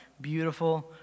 beautiful